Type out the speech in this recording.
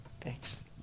thanks